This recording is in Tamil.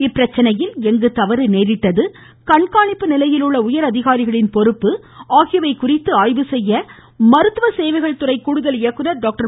இப்பிரச்சனையில் எங்கு தவறு ஏற்பட்டது கண்காணிப்பு நிலையிலுள்ள உயர் அதிகாரிகளின் பொறுப்பு ஆகியவை குறித்து ஆய்வு செய்ய மருத்துவ சேவைகள் துறை கூடுதல் இயக்குநர் டாக்டர்